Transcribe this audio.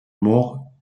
morts